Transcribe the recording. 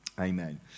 Amen